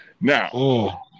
Now